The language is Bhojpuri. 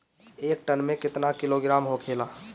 एक टन मे केतना किलोग्राम होखेला?